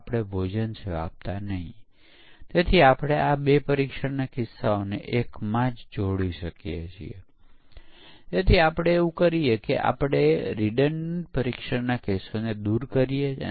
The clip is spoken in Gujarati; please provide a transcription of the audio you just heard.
ચાલો આપણે કહીએ કે આપણી પાસે એક આવૃત્તિ કાર્યરત છે અને આપણે ફક્ત એક નવી આવૃત્તિ વિકસિત કરવી છે